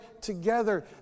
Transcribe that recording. together